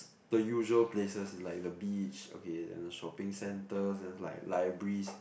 the usual places like the beach okay then the shopping centres then is like libraries